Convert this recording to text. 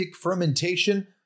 fermentation